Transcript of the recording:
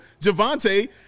Javante